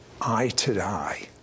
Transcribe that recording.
eye-to-eye